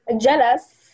Jealous